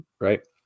right